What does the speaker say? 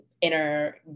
inner